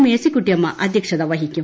മേഴ്സിക്കുട്ടിയമ്മ അദ്ധ്യക്ഷത വഹിക്കും